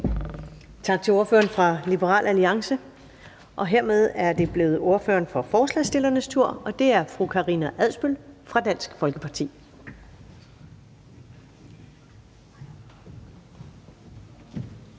Tak til ordføreren fra Liberal Alliance. Hermed er det blevet ordføreren for forslagsstillernes tur, og det er fru Karina Adsbøl fra Dansk Folkeparti.